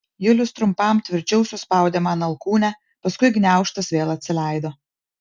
julius trumpam tvirčiau suspaudė man alkūnę paskui gniaužtas vėl atsileido